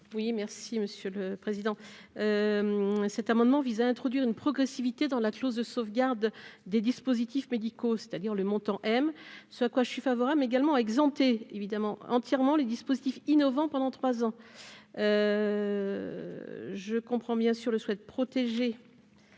Oui, merci Monsieur le Président, cet amendement vise à introduire une progressivité dans la clause de sauvegarde des dispositifs médicaux, c'est-à-dire le montant, M. ce à quoi je suis favorable également exemptés évidemment entièrement les dispositifs innovants pendant 3 ans, je comprends bien sûr le souhaite protéger